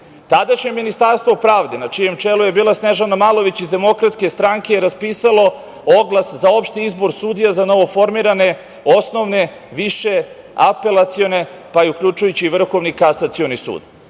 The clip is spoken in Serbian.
Ministarstvo pravde na čijem čelu je bila Snežana Malović iz DS je raspisalo oglas za opšti izbor sudija za novoformirane osnovne, više, apelacione, pa i uključujući Vrhovni kasacioni sud.